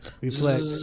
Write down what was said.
reflect